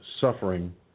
suffering